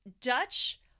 Dutch